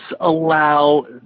allow